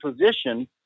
position